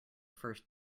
first